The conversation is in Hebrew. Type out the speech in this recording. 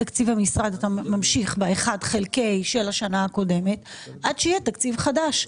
אז אתה ממשיך אותו באחד חלקי 12 של השנה הקודמת עד שיהיה תקציב חדש.